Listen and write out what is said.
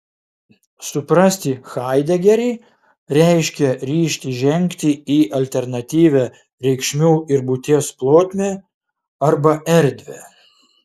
suprasti haidegerį reiškia ryžtis žengti į alternatyvią reikšmių ir būties plotmę arba erdvę